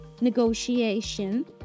negotiation